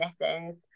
lessons